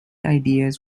ideas